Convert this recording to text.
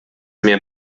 mehr